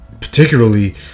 particularly